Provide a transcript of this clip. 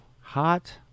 hot